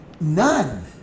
None